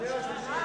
ראשונה.